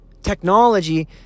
technology